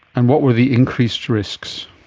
and what were the increased risks?